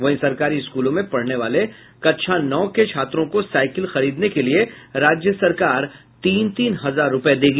वहीं सरकारी स्कूलों में पढ़ने वाले कक्षा नौ के छात्रों को साइकिल खरीदने के लिये राज्य सरकार तीन तीन हजार रूपये देगी